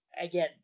again